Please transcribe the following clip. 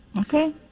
okay